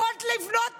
יכולת לבנות